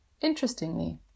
Interestingly